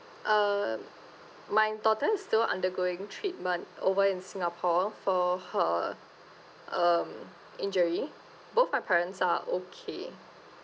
uh my daughter is still undergoing treatment over in singapore for her um injury both my parents are okay